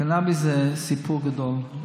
קנביס זה סיפור גדול.